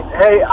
hey